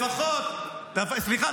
סליחה,